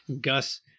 Gus